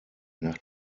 nach